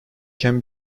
can